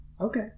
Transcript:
Okay